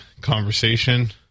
conversation